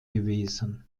gewesen